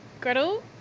Gretel